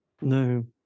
No